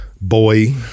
Boy